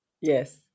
Yes